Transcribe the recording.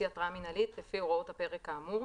התראה מינהלית לפי הוראות הפרק האמור,